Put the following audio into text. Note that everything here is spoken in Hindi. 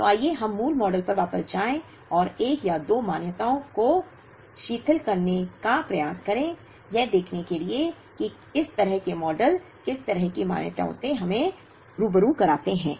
तो आइए हम मूल मॉडल पर वापस जाएं और एक या दो मान्यताओं को शिथिल करने का प्रयास करें यह देखने के लिए कि इस तरह के मॉडल किस तरह की मान्यताओं से हमें रुबरु कराते हैं